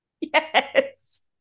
Yes